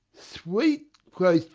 sweet quoth